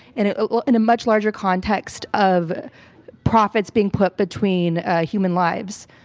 and ah and a much larger context of profits being put between human lives.